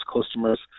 customers